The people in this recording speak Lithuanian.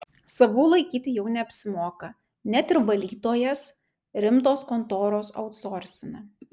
savų laikyti jau neapsimoka net ir valytojas rimtos kontoros autsorsina